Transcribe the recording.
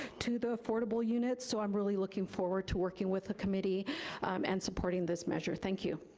to the affordable units. so i'm really looking forward to working with the committee and supporting this measure. thank you.